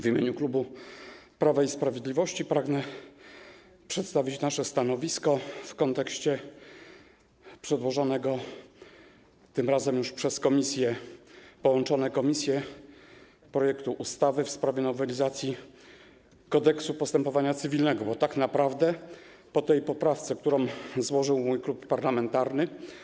W imieniu klubu Prawa i Sprawiedliwości pragnę przedstawić nasze stanowisko w kontekście przedłożonego tym razem już przez połączone komisje projektu ustawy w sprawie nowelizacji Kodeksu postępowania cywilnego, bo tak naprawdę po tej poprawce, którą złożył mój klub parlamentarny.